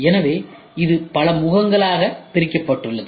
எனவே இது பல முகங்களாக பிரிக்கப்பட்டுள்ளது